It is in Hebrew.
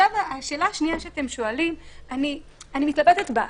השאלה השנייה שאתם שואלים, אני מתלבטת בה.